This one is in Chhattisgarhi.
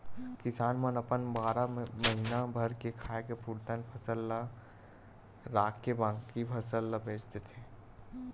किसान मन अपन बारा महीना भर के खाए के पुरतन फसल ल राखके बाकी फसल ल बेच देथे